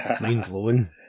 Mind-blowing